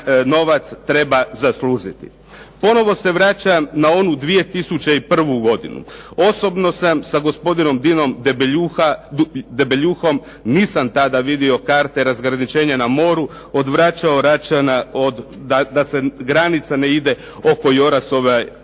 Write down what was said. novac treba zaslužiti. Ponovo se vraćam na onu 2001. godinu. Osobno sam sa gospodinom Dinom Debeljuhom, nisam tada vidio karte razgraničenja na moru, odvraćao Račana od, da se granica ne ide oko Jorasove